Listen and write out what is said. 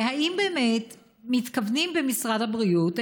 ואם באמת מתכוונים במשרד הבריאות,